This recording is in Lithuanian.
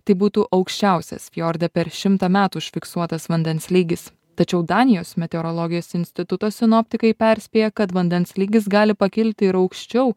tai būtų aukščiausias fiorde per šimtą metų užfiksuotas vandens lygis tačiau danijos meteorologijos instituto sinoptikai perspėja kad vandens lygis gali pakilti ir aukščiau